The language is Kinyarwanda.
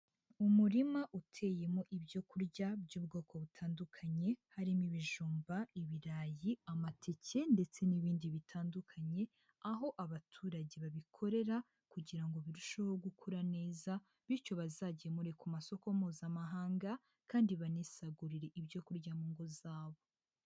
Umurima uteyemo ibyo kurya by'ubwoko butandukanye harimo ibijumba, ibirayi, amateke ndetse n'ibindi bitandukanye, aho abaturage babikorera kugira ngo birusheho gukura neza bityo bazagemure ku masoko mpuzamahanga kandi banisagurire ibyo kurya mu ngo zabo.